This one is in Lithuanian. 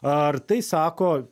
ar tai sako